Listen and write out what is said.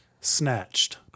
Snatched